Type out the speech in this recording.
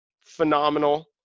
Phenomenal